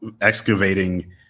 excavating